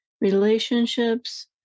relationships